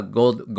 gold